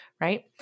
right